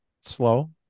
slow